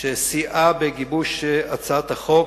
שסייעה בגיבוש הצעת החוק,